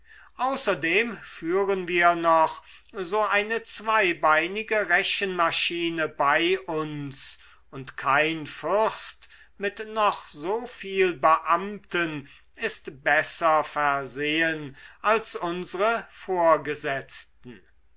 außerdem führen wir noch so eine zweibeinige rechenmaschine bei uns und kein fürst mit noch so viel beamten ist besser versehen als unsre vorgesetzten